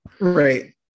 right